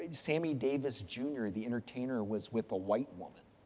ah sammy davis jr, the entertainer, was with a white woman,